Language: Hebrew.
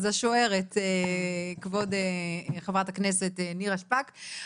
אז השוערת, כבוד חברת הכנסת נירה שפק,